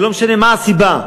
ולא משנה מה הסיבה,